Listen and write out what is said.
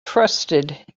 trusted